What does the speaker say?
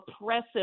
Oppressive